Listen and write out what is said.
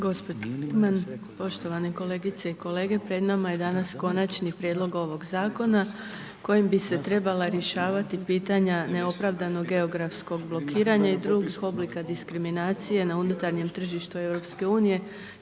razumije./..., poštovane kolegice i kolege. Pred nama je danas Konačni prijedlog ovog Zakona kojim bi se trebala rješavati pitanja neopravdanog geografskog blokiranja i drugih oblika diskriminacije na unutarnjem tržištu